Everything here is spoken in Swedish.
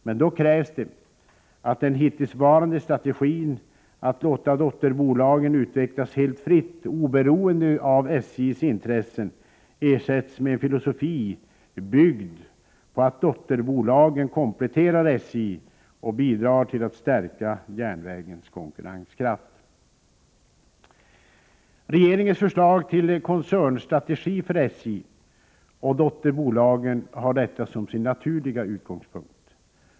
Men då krävs det att den hittillsvarande strategin att låta dotterbolagen utvecklas helt fritt, oberoende av SJ:s intressen, ersätts med en filosofi byggd på att dotterbolagen kompletterar SJ och bidrar till att stärka järnvägens konkurrenskraft. Regeringens förslag till koncernstrategi för SJ och dotterbolagen har detta som sin naturliga utgångspunkt.